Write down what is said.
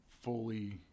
fully